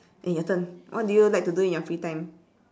eh your turn what do you like to do in your free time